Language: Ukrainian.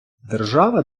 держава